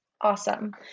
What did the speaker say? awesome